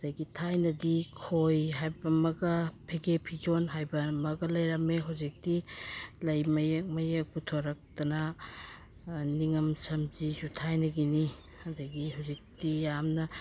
ꯑꯗꯒꯤ ꯊꯥꯏꯅꯗꯤ ꯈꯣꯏ ꯍꯥꯏꯕ ꯑꯃꯒ ꯐꯤꯒꯦ ꯐꯤꯖꯣꯟ ꯍꯥꯏꯕ ꯑꯃꯒ ꯂꯩꯔꯝꯃꯦ ꯍꯧꯖꯤꯛꯇꯤ ꯂꯩ ꯃꯌꯦꯛ ꯃꯌꯦꯛ ꯄꯨꯊꯣꯔꯛꯇꯅ ꯅꯤꯉꯝ ꯁꯝꯖꯤꯁꯨ ꯊꯥꯏꯅꯒꯤꯅꯤ ꯑꯗꯒꯤ ꯍꯧꯖꯤꯛꯇꯤ ꯌꯥꯝꯅ